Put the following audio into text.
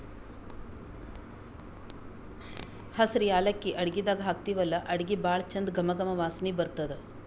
ಹಸ್ರ್ ಯಾಲಕ್ಕಿ ಅಡಗಿದಾಗ್ ಹಾಕ್ತಿವಲ್ಲಾ ಅಡಗಿ ಭಾಳ್ ಚಂದ್ ಘಮ ಘಮ ವಾಸನಿ ಬರ್ತದ್